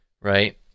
right